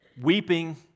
weeping